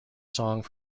song